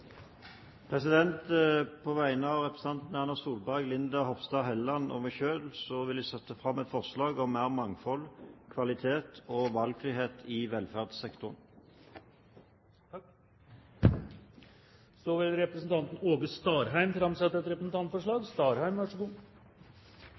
På vegne av representantene Erna Solberg, Linda C. Hofstad Helleland og meg selv vil jeg sette fram et forslag om mer mangfold, kvalitet og valgfrihet i velferdssektoren. Representanten Åge Starheim vil framsette et representantforslag.